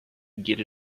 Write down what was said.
get